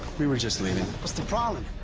we were just leaving. what's the problem?